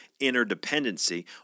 interdependency